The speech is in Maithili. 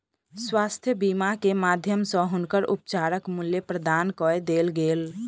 स्वास्थ्य बीमा के माध्यम सॅ हुनकर उपचारक मूल्य प्रदान कय देल गेल